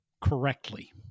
correctly